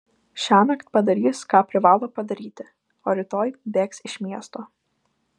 šiąnakt padarys ką privalo padaryti o rytoj bėgs iš miesto